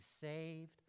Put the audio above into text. saved